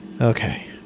Okay